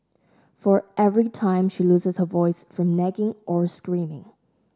for every time she loses her voice from nagging or screaming